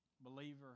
Believer